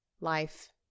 life